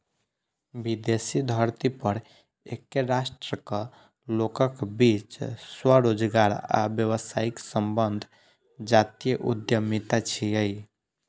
विदेशी धरती पर एके राष्ट्रक लोकक बीच स्वरोजगार आ व्यावसायिक संबंध जातीय उद्यमिता छियै